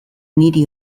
niri